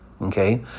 Okay